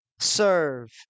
serve